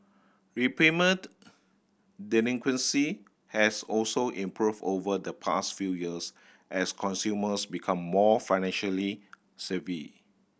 repayment delinquency has also improved over the past few years as consumers become more financially savvy